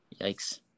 Yikes